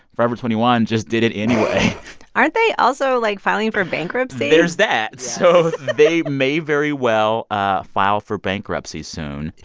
forever twenty one just did it anyway aren't they also, like, filing for bankruptcy? there's that yes so they may very well ah file for bankruptcy soon.